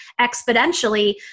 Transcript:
exponentially